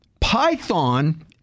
Python